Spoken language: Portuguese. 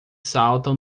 saltam